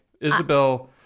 Isabel